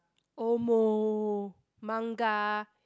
omo manga